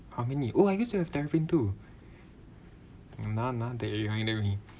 how many oh I used to have terrapin too now now that remind of me